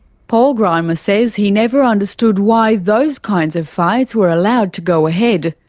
paul grima says he never understood why those kinds of fights were allowed to go ahead.